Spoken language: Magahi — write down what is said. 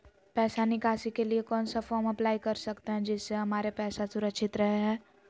पैसा निकासी के लिए कौन सा फॉर्म अप्लाई कर सकते हैं जिससे हमारे पैसा सुरक्षित रहे हैं?